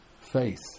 faith